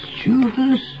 students